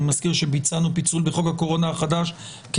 מזכיר שביצענו פיצול בחוק הקורונה החדש כי